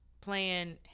playing